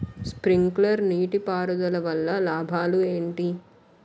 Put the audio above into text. Sprinkler నీటిపారుదల వల్ల లాభాలు ఏంటి?